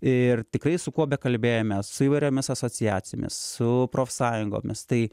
ir tikrai su kuo bekalbėjome su įvairiomis asociacijomis su profsąjungomis tai